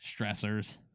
stressors